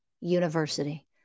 University